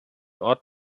ort